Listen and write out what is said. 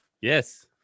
Yes